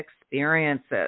experiences